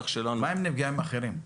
מה עם נפגעים אחרים?